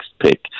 pick